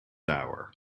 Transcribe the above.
hour